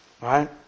Right